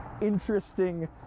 interesting